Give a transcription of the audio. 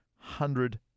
Hundred